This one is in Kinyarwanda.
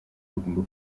bagomba